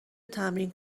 تمرین